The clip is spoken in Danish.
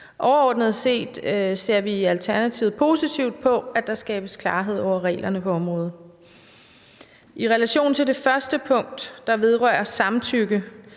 Overordnet set ser Alternativet positivt på, at der skabes klarhed om reglerne på området. I relation til det første punkt, der vedrører samtykke,